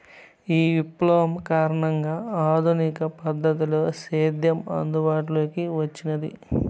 ఈ విప్లవం కారణంగా ఆధునిక పద్ధతిలో సేద్యం అందుబాటులోకి వచ్చినాది